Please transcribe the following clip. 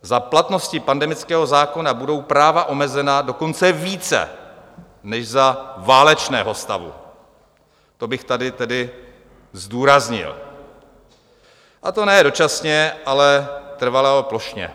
Za platnosti pandemického zákona budou práva omezena dokonce více než za válečného stavu, to bych tady tedy zdůraznil, a to ne dočasně, ale trvale a plošně.